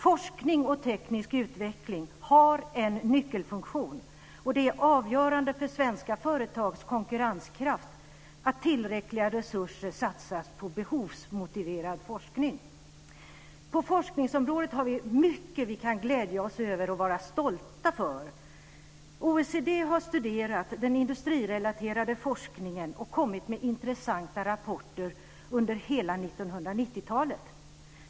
Forskning och teknisk utveckling har en nyckelfunktion, och det är avgörande för svenska företags konkurrenskraft att tillräckliga resurser satsas på behovsmotiverad forskning. På forskningsområdet har vi mycket som vi kan glädja oss över och vara stolta för. OECD har studerat den industrirelaterade forskningen och kommit med intressanta rapporter under hela 1990-talet.